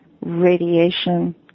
radiation